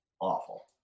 awful